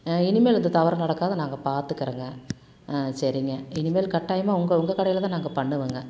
ஆ இனிமேலும் இந்த தவறு நடக்காத நாங்கள் பார்த்துக்கறங்க ஆ சரிங்க இனிமேல் கட்டாயமாக உங்கள் உங்கள் கடையில் தான் நாங்கள் பண்ணுவோங்க